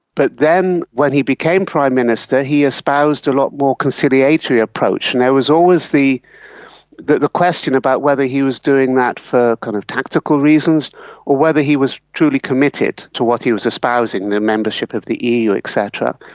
but then when he became prime minister he espoused a lot more conciliatory approach. and there was always the the question about whether he was doing that for kind of tactical reasons or whether he was truly committed to what he was espousing, the membership of the eu et cetera.